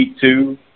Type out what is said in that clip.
two